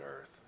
earth